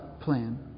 plan